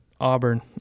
Auburn